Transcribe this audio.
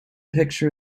picture